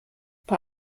bei